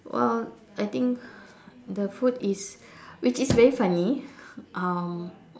well I think the food is which is very funny um